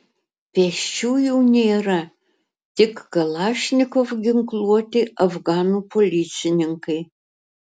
pėsčiųjų nėra tik kalašnikov ginkluoti afganų policininkai